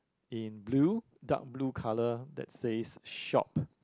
in blue dark blue colour that says shop